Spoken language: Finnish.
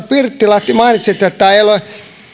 pirttilahti mainitsitte että ei ole